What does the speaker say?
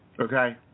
Okay